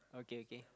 okay okay